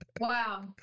Wow